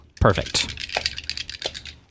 Perfect